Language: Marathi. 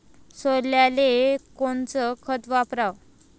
सोल्याले कोनचं खत वापराव?